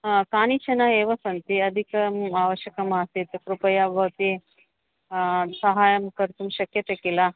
कानिचन एव सन्ति अधिकम् आवश्यकमासीत् कृपया भवती सहाय्यं कर्तुं शक्यते किल